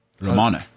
Romano